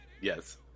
yes